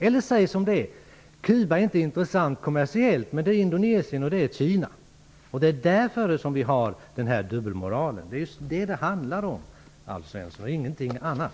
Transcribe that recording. Eller säg som det är: Cuba är inte kommersiellt intressant, men det är Indonesien och Kina. Det är därför som vi har denna dubbelmoral. Det är vad det handlar om, Alf Svensson, och ingenting annat!